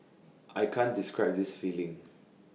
I can't describe this feeling